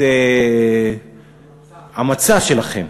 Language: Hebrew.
המצע שלכם.